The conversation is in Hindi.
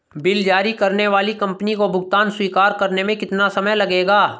बिल जारी करने वाली कंपनी को भुगतान स्वीकार करने में कितना समय लगेगा?